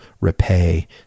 repay